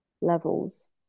levels